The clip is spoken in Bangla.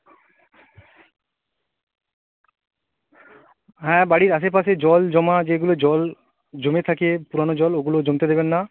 হ্যাঁ বাড়ির আশেপাশে জল জমা যেগুলো জল জমে থাকে পুরানো জল ওগুলোও জমতে দেবেন না